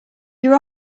your